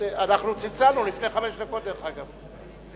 אנחנו צלצלנו לפני חמש דקות, דרך אגב.